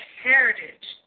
heritage